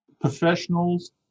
professionals